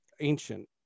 ancient